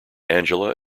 angela